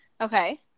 Okay